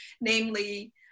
namely